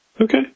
Okay